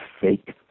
fake